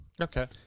Okay